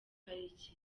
pariki